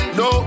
no